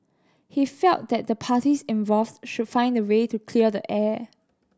he felt that the parties involved should find a way to clear the air